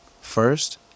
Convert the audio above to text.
First